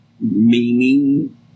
meaning